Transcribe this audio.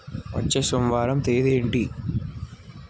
వచ్చే సోమవారం తేదీ ఏంటి